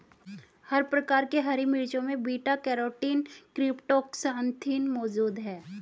हर प्रकार की हरी मिर्चों में बीटा कैरोटीन क्रीप्टोक्सान्थिन मौजूद हैं